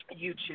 YouTube